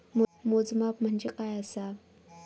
मोजमाप म्हणजे काय असा?